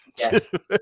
Yes